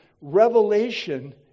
Revelation